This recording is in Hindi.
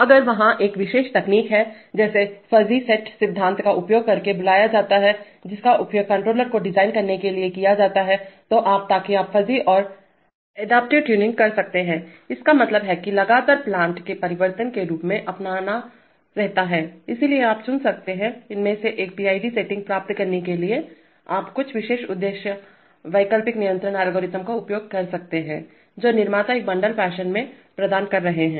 अगर वहाँ एक विशेष तकनीक है जिसे फ़ज़ी सेट सिद्धांत का उपयोग करके बुलाया जाता है जिसका उपयोग कंट्रोलर को डिज़ाइन करने के लिए किया जाता है तो आप ताकि आप फ़ज़ी और अडाप्टिव ट्यूनिंग हो सकते हैं इसका मतलब है कि लगातार प्लांट के परिवर्तन के रूप में अपनाता रहता है इसलिए आप चुन सकते हैं इनमें से एक PID सेटिंग्स प्राप्त करने के लिए आप कुछ विशेष उद्देश्य वैकल्पिक नियंत्रण एल्गोरिदम का उपयोग कर सकते हैं जो निर्माता एक बंडल फैशन में प्रदान कर रहे हैं